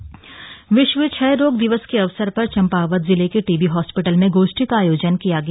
क्षय रोग दिवस कार्यक्रम विश्व क्षय रोग दिवस के अवसर पर चम्पावत जिले के टीबी हॉस्पिटल में गोष्ठी का आयोजन किया गया